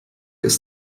ist